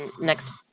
next